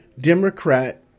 Democrat